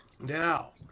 Now